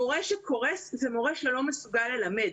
מורה שקורס זה מורה שלא מסוגל ללמד.